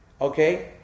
Okay